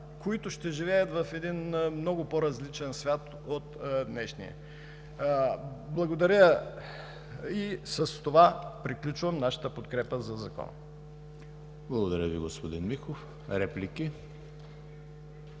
които ще живеят в един много по-различен свят от днешния. Благодаря и с това приключвам нашата подкрепя за Закона. ПРЕДСЕДАТЕЛ ЕМИЛ ХРИСТОВ: Благодаря Ви, господин Михов. Реплики?